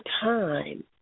time